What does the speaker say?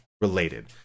related